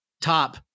top